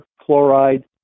chloride